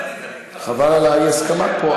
חבל על האי-הסכמה פה,